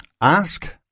Ask